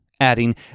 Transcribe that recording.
adding